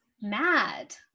mad